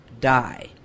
die